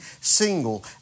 single